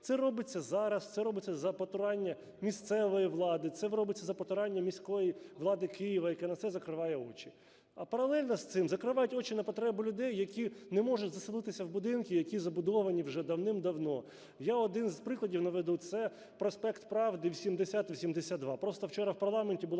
Це робиться зараз, це робиться за потурання місцевої влади, це робиться за потурання міської влади Києва, яка на це закриває очі. А паралельно з цим закривають очі на потреби людей, які не можуть заселитися в будинки, які забудовані вже давним-давно. Я один з прикладів наведу. Це проспект Правди, 80-82.